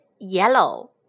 yellow